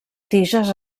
tiges